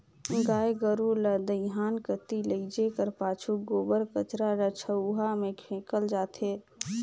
गाय गरू ल दईहान कती लेइजे कर पाछू गोबर कचरा ल झउहा मे फेकल जाथे